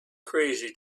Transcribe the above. crazy